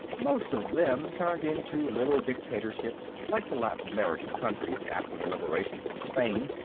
most of them turned into little dictatorships, like the latin american countries after the liberation from spain,